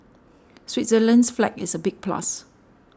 Switzerland's flag is a big plus